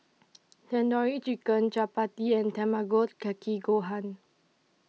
Tandoori Chicken Chapati and Tamago Kake Gohan